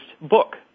book